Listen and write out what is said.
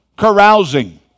carousing